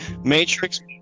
Matrix